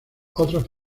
otros